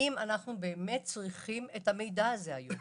האם אנחנו באמת צריכים את המידע הזה היום,